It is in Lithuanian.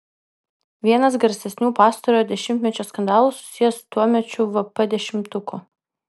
vienas garsesnių pastarojo dešimtmečio skandalų susijęs su tuomečiu vp dešimtuku